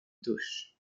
dusch